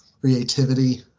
creativity